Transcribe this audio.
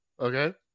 Okay